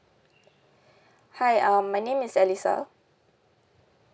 hi uh my name is alisa